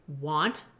want